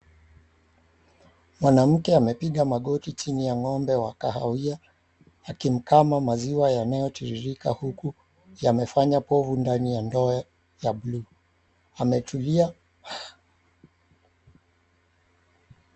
Mwanamke amepiga magoti chini ya ng'ombe wa kahawia akimkama maziwa yanayotiririka huku yamefanya povu ndani ya ndoo ya buluu. Ametulia.